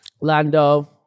Lando